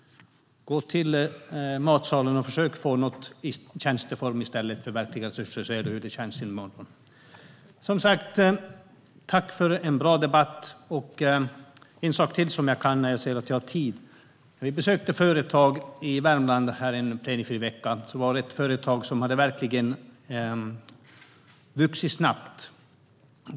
Gå till matsalen och försök att få något i tjänsteform i stället för verkliga resurser, så får ni se hur det känns i morgon. När vi besökte företag i Värmland under en plenifri vecka var vi på ett företag som hade vuxit snabbt.